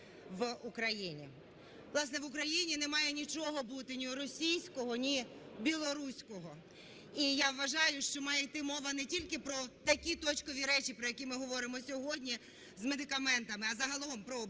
Власне, в Україні не має нічого бути ні російського, ні білоруського. І я вважаю, що має йти мова не тільки про такі точкові речі, про які ми говоримо сьогодні з медикаментами, а загалом про блокування